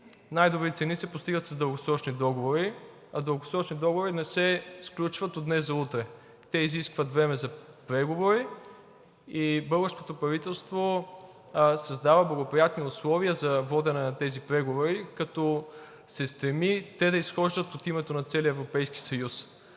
най-добри цени се постигат с дългосрочни договори, а дългосрочни договори не се сключват от днес за утре, те изискват време за преговори. Българското правителство създава благоприятни условия за водене на тези преговори, като се стреми те да изхождат от името на целия Европейски съюз.